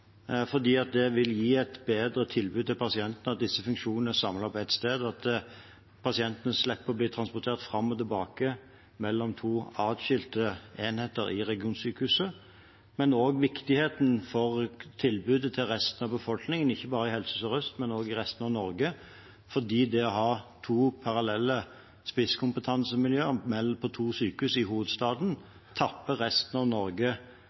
det vil gi et bedre tilbud til pasientene at disse funksjonene er samlet på ett sted, og at pasientene slipper å bli transportert fram og tilbake mellom to adskilte enheter i regionsykehuset. Det er også viktig for tilbudet til resten av befolkningen, ikke bare i Helse Sør-Øst, men også i resten av Norge, for det å ha to parallelle spisskompetansemiljøer på to sykehus i hovedstaden tapper resten av Norge